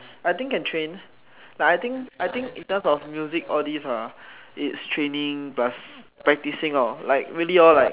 I think can train like I think I think in terms of music all these ah it's training plus practising like really lor like